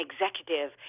executive